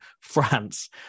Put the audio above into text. France